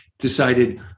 decided